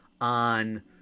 on